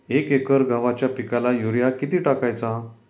एक एकर गव्हाच्या पिकाला युरिया किती टाकायचा?